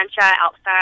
outside